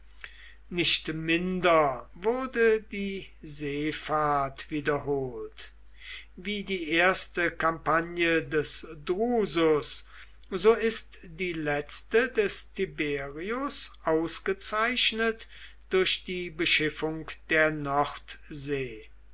nicht minder wurde die seefahrt wiederholt wie die erste kampagne des drusus so ist die letzte des tiberius ausgezeichnet durch die beschiffung der nordsee